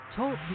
Talk